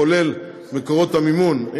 כולל מקורות המימון,